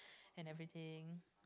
and everything